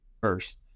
first